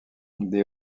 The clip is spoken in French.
des